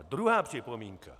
Druhá připomínka.